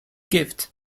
gift